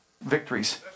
victories